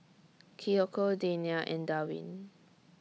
Kiyoko Dania and Darwin